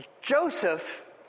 Joseph